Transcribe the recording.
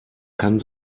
kann